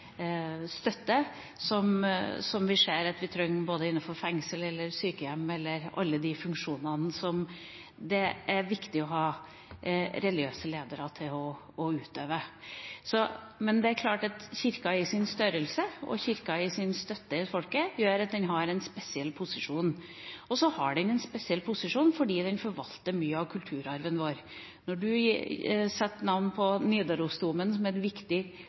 støtte som vi ser at vi trenger både innenfor fengsel, sykehjem og alle de funksjonene som det er viktig å ha religiøse ledere til å utøve. Men det er klart at Kirkens størrelse og Kirkens støtte i folket gjør at den har en spesiell posisjon. Og så har den en spesiell posisjon fordi den forvalter mye av kulturarven vår. Når du setter navn på Nidarosdomen som et viktig